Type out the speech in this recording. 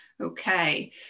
okay